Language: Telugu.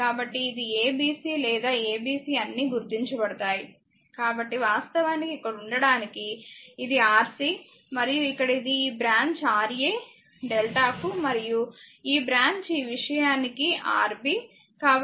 కాబట్టి ఇది abc లేదా abc అన్నీ గుర్తించబడతాయి కాబట్టి వాస్తవానికి ఇక్కడ ఉండటానికి ఇది Rc మరియు ఇక్కడ ఇది ఈ బ్రాంచ్ Ra డెల్టాకు మరియు ఈ బ్రాంచ్ ఈ విషయానికి Rb